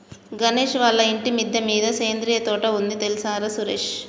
గణేష్ వాళ్ళ ఇంటి మిద్దె మీద సేంద్రియ తోట ఉంది తెల్సార సురేష్